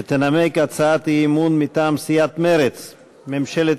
שתנמק הצעת אי-אמון מטעם סיעת מרצ: ממשלת